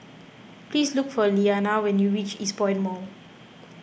please look for Lilyana when you reach Eastpoint Mall